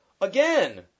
Again